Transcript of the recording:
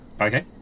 Okay